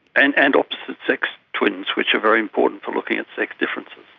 and and opposite sex twins, which are very important for looking at sex differences.